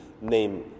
name